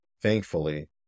thankfully